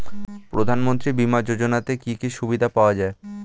প্রধানমন্ত্রী বিমা যোজনাতে কি কি সুবিধা পাওয়া যায়?